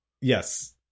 yes